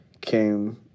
came